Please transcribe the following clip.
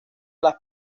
las